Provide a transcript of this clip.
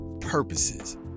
purposes